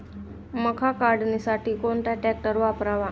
मका काढणीसाठी कोणता ट्रॅक्टर वापरावा?